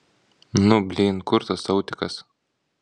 nu blyn kur tas autikas